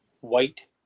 white